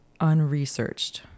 unresearched